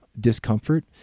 discomfort